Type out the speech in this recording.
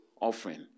offering